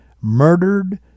murdered